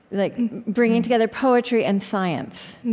like bringing together poetry and science.